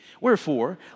Wherefore